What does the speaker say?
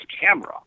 camera